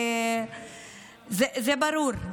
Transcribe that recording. זה ברור.